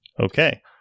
Okay